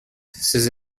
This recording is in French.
ces